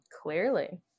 Clearly